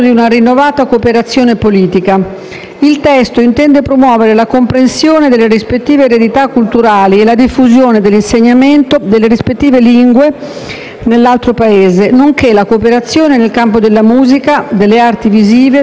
Il testo intende promuovere la comprensione delle rispettive eredità culturali e la diffusione e l'insegnamento delle rispettive lingue nell'altro Paese, nonché la cooperazione nel campo della musica, delle arti visive, del teatro,